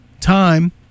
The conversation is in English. time